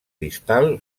distal